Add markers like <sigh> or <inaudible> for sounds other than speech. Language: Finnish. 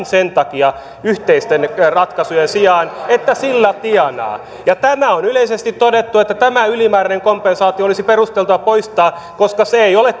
<unintelligible> sen takia yhteisten ratkaisujen sijaan että sillä tienaa tämä on yleisesti todettu että tämä ylimääräinen kompensaatio olisi perusteltua poistaa koska se ei ole <unintelligible>